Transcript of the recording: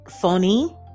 funny